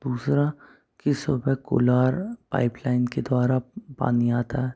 दूसरा की सुबेह कूलार पाइपलाइन के द्वारा पानी आता है